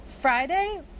Friday